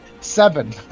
Seven